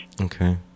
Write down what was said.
Okay